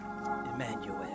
Emmanuel